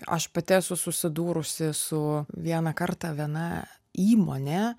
aš pati esu susidūrusi su vieną kartą viena įmonė